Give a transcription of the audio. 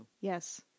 yes